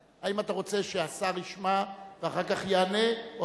האם אתה רוצה שהשר ישמע ואחר כך יענה או